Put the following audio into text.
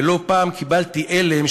ולא פעם קיבלתי אלם,